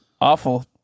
awful